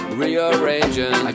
rearranging